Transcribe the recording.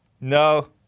No